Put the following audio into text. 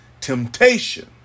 temptation